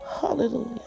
Hallelujah